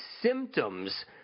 symptoms